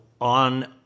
on